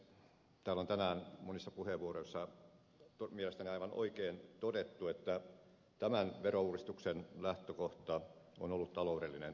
täällä on tänään monissa puheenvuoroissa mielestäni aivan oikein todettu että tämän verouudistuksen lähtökohta on ollut taloudellinen tarve